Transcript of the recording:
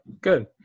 good